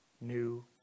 new